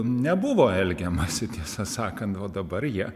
nebuvo elgiamasi tiesą sakant o dabar jie